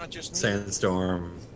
Sandstorm